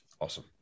Awesome